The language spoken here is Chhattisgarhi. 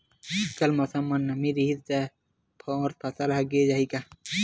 कल मौसम म नमी रहिस हे त मोर फसल ह गिर जाही का?